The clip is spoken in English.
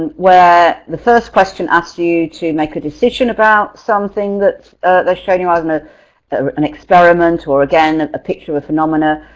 and where the first question asks you to make a decision about something that's showing you either and an experiment or again a picture or phenomena.